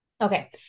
Okay